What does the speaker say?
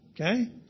okay